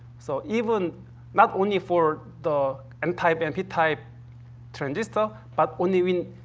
so even not only for the n-type and p-type transistor, but only when